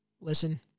listen